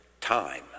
time